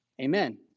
Amen